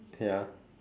ya